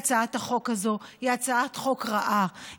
הצעת החוק הזו היא הצעת חוק רעה,